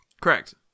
Correct